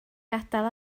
gadael